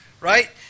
right